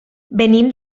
venim